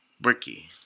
Bricky